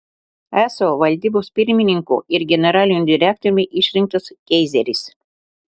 eso valdybos pirmininku ir generaliniu direktoriumi išrinktas keizeris